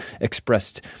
expressed